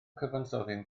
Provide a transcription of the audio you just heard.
cyfansoddyn